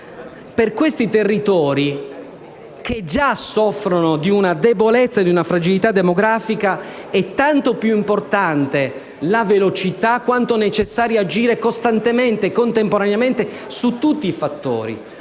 Per questi territori, che già soffrono di una debolezza e di una fragilità demografica, è tanto importante quanto necessario agire con velocità, costantemente e contemporaneamente su tutti i versanti